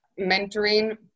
mentoring